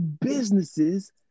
businesses